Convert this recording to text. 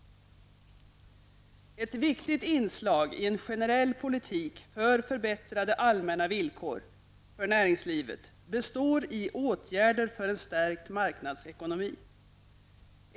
Ett viktigt inslag i en generell politik för förbättrade allmänna villkor för näringslivet består i åtgärder för att åstadkomma en stärkt marknadsekonomi.